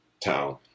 town